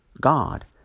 God